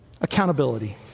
accountability